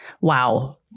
wow